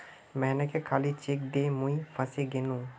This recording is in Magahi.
मोहनके खाली चेक दे मुई फसे गेनू